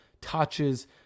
touches